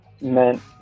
meant